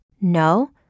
No